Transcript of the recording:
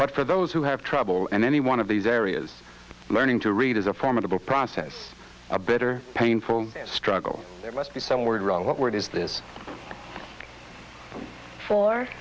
but for those who have trouble and any one of these areas learning to read is a formidable process a better painful struggle there must be somewhere around what word is this for